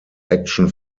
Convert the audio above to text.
action